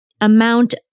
amount